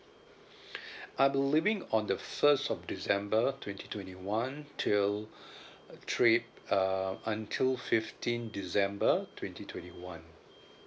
I'll be leaving on the first of december twenty twenty one till trip uh until fifteen december twenty twenty one